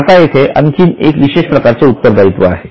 आता येथे आणखी एक विशेष प्रकारचे उत्तरदायित्व आहे